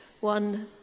One